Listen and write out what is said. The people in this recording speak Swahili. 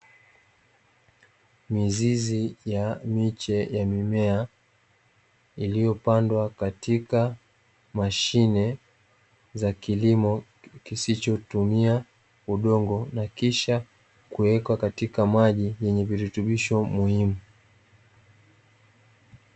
Mizizi ya miche ya mimea iliyopandwa katika mashine za kilimo kisichotumia udongo, na kisha kuwekwa katika maji yenye virutubisho muhimu.